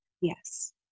Yes